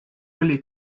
oli